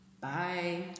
Bye